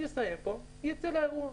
ואצא לאירוע.